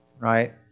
right